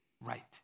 right